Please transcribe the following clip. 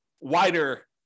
wider